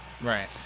right